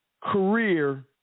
career